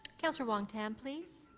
councillor wong-tam, please.